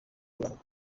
uburanga